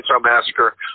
Massacre